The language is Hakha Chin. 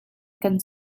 kan